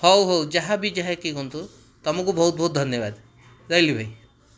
ହଉ ହଉ ଯାହାବି ଯାହାକି ହୁଅନ୍ତୁ ତୁମକୁ ବହୁତ ବହୁତ ଧନ୍ୟବାଦ ରହିଲି ଭାଇ